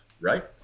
Right